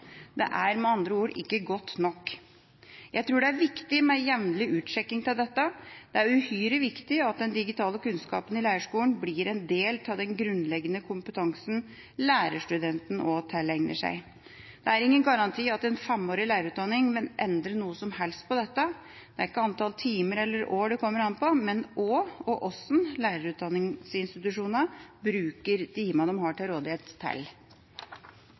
Det er med andre ord ikke godt nok. Jeg tror det er viktig med jevnlig utsjekking av dette. Det er uhyre viktig at den digitale kunnskapen i lærerskolen blir en del av den grunnleggende kompetansen lærerstudenten også tilegner seg. Det er ingen garanti for at en femårig lærerutdanning vil endre noe som helst på dette. Det er ikke antall timer eller år det kommer an på, men hva lærerutdanningsinstitusjonene bruker de timene de har til rådighet, til,